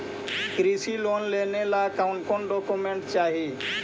कृषि लोन लेने ला कोन कोन डोकोमेंट चाही?